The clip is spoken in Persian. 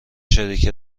شریک